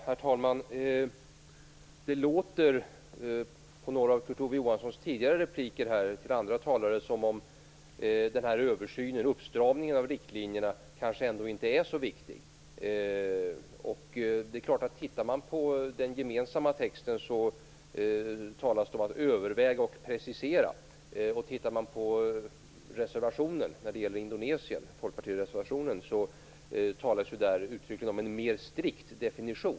Herr talman! Det låter på några av Kurt Ove Johanssons repliker till andra talare här som om uppstramningen av riktlinjerna kanske ändå inte är så viktig. I den gemensamma texten talas det om att överväga och precisera. I folkpartireservationen när det gäller Indonesien talas det uttryckligen om en mer strikt definition.